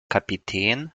kapitän